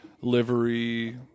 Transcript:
livery